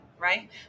right